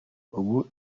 ubundi